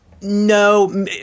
No